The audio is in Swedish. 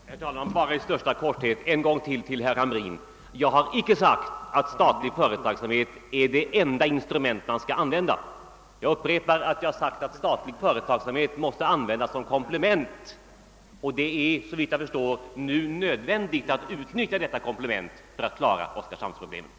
Herr talman! Jag vill bara i största korthet understryka för herr Hamrin, att jag inte sagt att statlig företagsamhet är det enda instrument som skall användas. Jag upprepar att jag sagt att statlig företagsamhet måste utnyttjas som komplement, och det är såvitt jag förstår nu nödvändigt att sätta in detta komplement för att klara oskarshamnsproblemet.